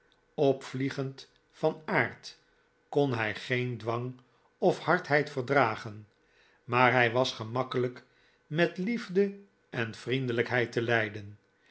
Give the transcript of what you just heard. opvliegend van aard kon hij geen dwang of hardheid verdragen maar hij was gemakkelijk met liefde en vriendelijkheid te leiden